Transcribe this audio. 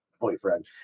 boyfriend